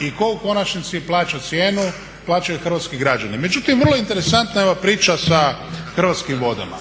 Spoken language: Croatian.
I tko u konačnici plaća cijenu? Plaćaju hrvatski građani. Međutim, vrlo interesantna je ova priča sa Hrvatskim vodama.